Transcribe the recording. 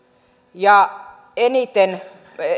ja eniten